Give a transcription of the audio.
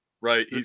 right